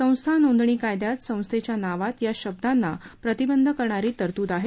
संस्था नोंदणी कायद्यात संस्थेच्या नावात या शब्दांना प्रतिबंध करणारी तरतूद आहे